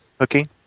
okay